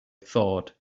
thought